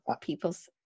people's